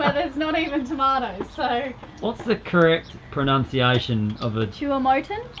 there's not even tomatoes, so what's the correct pronunciation of the tuamotan?